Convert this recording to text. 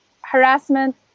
harassment